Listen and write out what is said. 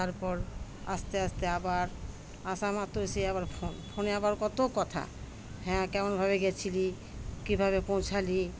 তারপর আসতে আসতে আবার আসামাত্র সে আবার ফোন ফোনে আবার কত কথা হ্যাঁ কেমনভাবে গিয়েছিলি কীভাবে পৌঁছালি